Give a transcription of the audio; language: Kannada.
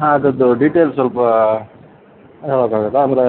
ಹಾಂ ಅದ್ರದ್ದು ಡೀಟೇಲ್ಸ್ ಸ್ವಲ್ಪ ಹೌದು ಹೌದು ಅಂದರೆ